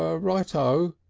ah right o,